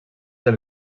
del